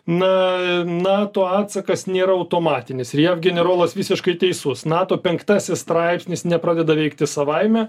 na nato atsakas nėra automatinis ir jav generolas visiškai teisus nato penktasis straipsnis nepradeda veikti savaime